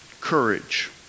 courage